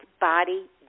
body